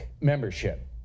membership